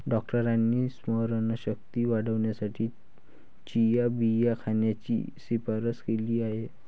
डॉक्टरांनी स्मरणशक्ती वाढवण्यासाठी चिया बिया खाण्याची शिफारस केली आहे